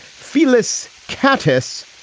phyllis kattis.